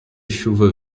chuva